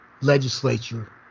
Legislature